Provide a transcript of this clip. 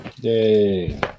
Yay